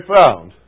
found